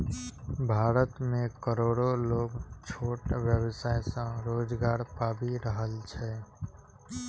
भारत मे करोड़ो लोग छोट व्यवसाय सं रोजगार पाबि रहल छै